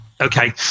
okay